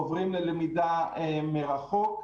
עוברים ללמידה מרחוק.